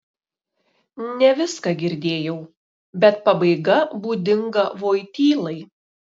ne viską girdėjau bet pabaiga būdinga voitylai